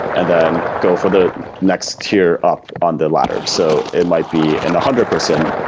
and then go for the next tier up on the ladder so it might be in a hundred person,